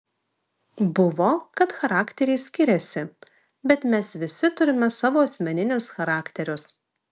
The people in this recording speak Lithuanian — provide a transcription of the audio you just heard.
buvo kad charakteriai skiriasi bet mes visi turime savo asmeninius charakterius